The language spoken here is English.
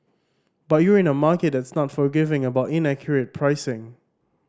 but you're in a market that's not forgiving about inaccurate pricing